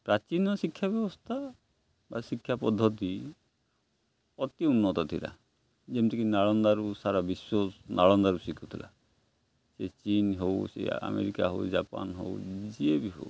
ପ୍ରାଚୀନ ଶିକ୍ଷା ବ୍ୟବସ୍ଥା ବା ଶିକ୍ଷା ପଦ୍ଧତି ଅତି ଉନ୍ନତ ଥିଲା ଯେମିତିକି ନାଳନ୍ଦାରୁ ସାରା ବିଶ୍ୱ ନାଳନ୍ଦାରୁ ଶିଖୁଥିଲା ସେ ଚୀନ୍ ହଉ ସେ ଆମେରିକା ହଉ ଜାପାନ ହଉ ଯିଏ ବି ହଉ